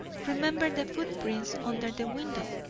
remember the footprints under the window.